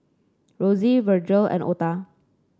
Rosie Virgle and Ota